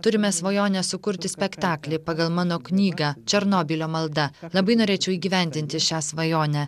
turime svajonę sukurti spektaklį pagal mano knygą černobylio malda labai norėčiau įgyvendinti šią svajonę